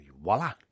voila